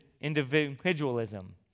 individualism